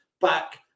back